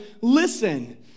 listen